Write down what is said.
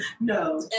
No